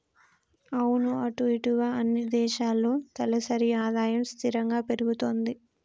అవును అటు ఇటుగా అన్ని దేశాల్లో తలసరి ఆదాయం స్థిరంగా పెరుగుతుంది